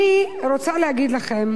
אני רוצה להגיד לכם